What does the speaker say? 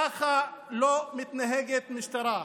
ככה לא מתנהגת משטרה.